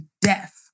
death